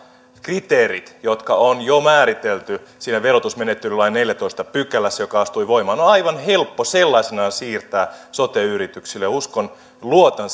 kriteerit jotka on jo määritelty verotusmenettelylain neljännessätoista pykälässä joka astui voimaan on aivan helppo sellaisenaan siirtää sote yrityksille uskon ja luotan